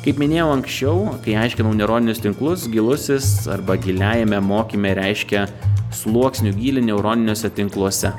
kaip minėjau anksčiau kai aiškinau neuroninius tinklus gilusis arba giliajame mokyme reiškia sluoksnio gylį neuroniniuose tinkluose